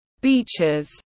beaches